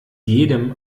jedem